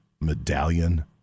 Medallion